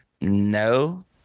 no